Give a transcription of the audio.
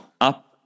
up